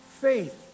faith